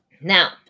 Now